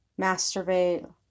masturbate